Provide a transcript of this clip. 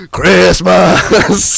Christmas